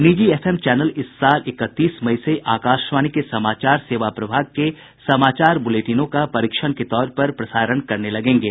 निजी एफएमचैनल इस साल इकतीस मई से आकाशवाणी के समाचार सेवा प्रभाग के समाचार बुलेटिनों का परीक्षण के तौर पर प्रसारण करने लगेंगे